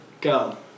Go